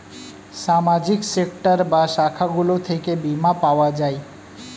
সামাজিক সেক্টর বা শাখাগুলো থেকে বীমা পাওয়া যায়